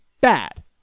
bad